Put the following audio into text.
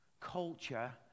culture